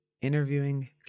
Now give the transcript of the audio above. Interviewing